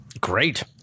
Great